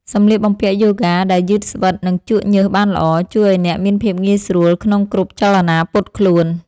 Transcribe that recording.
សម្លៀកបំពាក់យូហ្គាដែលយឺតស្វិត និងជក់ញើសបានល្អ ជួយឱ្យអ្នកមានភាពងាយស្រួលក្នុងគ្រប់ចលនាពត់ខ្លួន។